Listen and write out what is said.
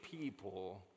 people